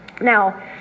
Now